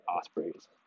Osprey's